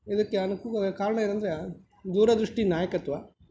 ಇದಕ್ಕೆ ಅನ್ಕು ಕಾರಣ ಏನೆಂದರೆ ದೂರ ದೃಷ್ಠಿ ನಾಯಕತ್ವ